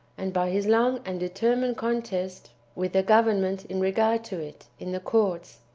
and by his long and determined contest with the government in regard to it, in the courts.